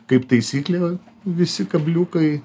kaip taisyklė visi kabliukai